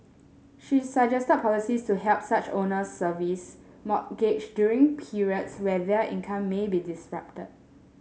she suggested policies to help such owners service mortgage during periods where their income may be disrupted